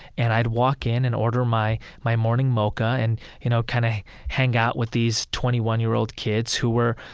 and i'd walk in and order my my morning mocha and, you know, kind of hang out with these twenty one year old kids who were,